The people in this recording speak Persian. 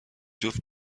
جفت